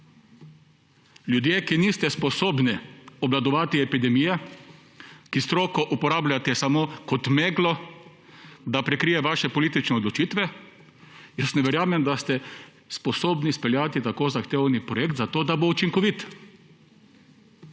Ljudje, ki niste sposobni obvladovati epidemije, ki stroko uporabljate samo kot meglo, da prekrije vaše politične odločitve, jaz ne verjamem, da ste sposobni speljati zahteven projekt tako, da bo učinkovit.